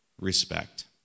respect